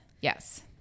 Yes